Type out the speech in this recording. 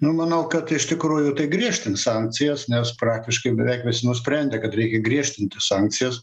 nu manau kad iš tikrųjų tai griežtint sankcijas nes praktiškai beveik visi nusprendė kad reikia griežtinti sankcijas